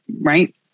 right